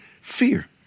fear